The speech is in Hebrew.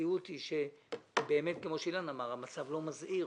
המציאות היא באמת כמו שאילן אמר שהמצב לא מזהיר,